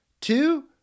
two